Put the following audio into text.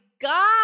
god